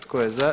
Tko je za?